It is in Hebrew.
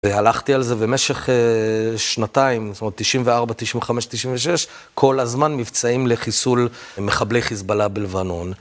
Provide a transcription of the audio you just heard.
הלכתי על זה במשך שנתיים, זאת אומרת, 94, 95, 96, כל הזמן מבצעים לחיסול מחבלי חיזבאללה בלבנון.